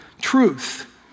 truth